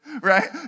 right